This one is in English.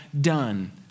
done